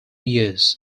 years